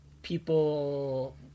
people